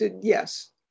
yes